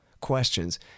questions